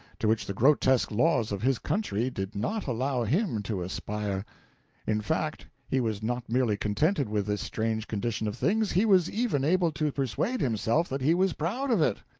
to which the grotesque laws of his country did not allow him to aspire in fact, he was not merely contented with this strange condition of things, he was even able to persuade himself that he was proud of it.